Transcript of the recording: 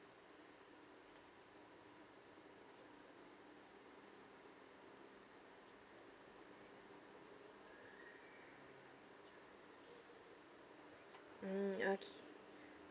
mm okay